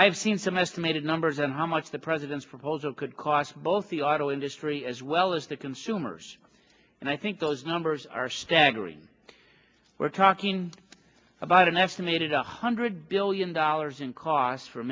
have seen some estimated numbers on how much the president's proposal could cost both the auto industry as well as the consumers and i think those numbers are staggering we're talking about an estimated one hundred billion dollars in costs for